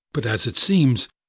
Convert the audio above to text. but, as it seems,